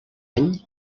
any